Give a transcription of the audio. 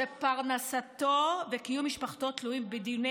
שפרנסתו וקיום משפחתו תלויים בדיוני